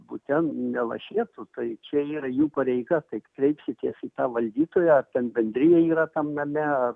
bute nelašėtų tai čia yra jų pareiga tai kreipkitės į tą valdytoją ten bendrija yra tam name